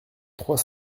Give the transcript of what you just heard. trois